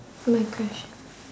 my question